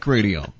Radio